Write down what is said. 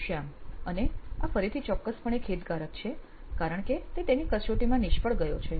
શ્યામ અને આ ફરીથી ચોક્કસપણે ખેદકારક છે કારણ કે તે તેની કસોટીમાં નિષ્ફળ ગયો છે